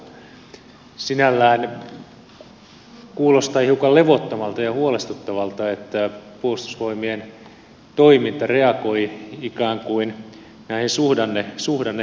sinällään kuulostaa hiukan levottomalta ja huolestuttavalta että puolustusvoimien toiminta reagoi ikään kuin näihin suhdannetilanteisiin